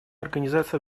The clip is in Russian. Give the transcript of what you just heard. организации